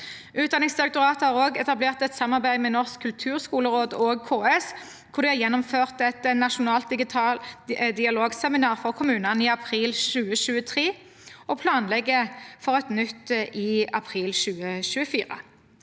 Utdanningsdirektoratet har også etablert et samarbeid med Norsk kulturskoleråd og KS. Det ble gjennomført et nasjonalt dialogseminar for kommunene i april 2023, og man planlegger for et nytt i april 2024.